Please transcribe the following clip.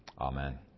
amen